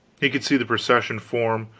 he could see the procession form,